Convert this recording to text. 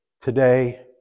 Today